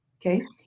okay